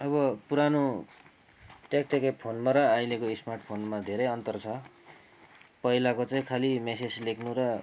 अब पुरानो ट्याकट्याके फोनमा र अहिलेको स्मार्टफोनमा धेरै अन्तर छ पहिलाको चाहिँ खाली म्यासेज लेख्नु र